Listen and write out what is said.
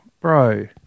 bro